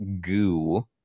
goo